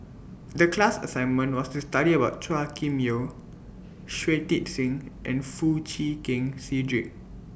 The class assignment was to study about Chua Kim Yeow Shui Tit Sing and Foo Chee Keng Cedric